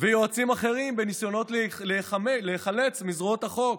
ויועצים אחרים בניסיונות להיחלץ מזרועות החוק.